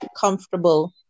comfortable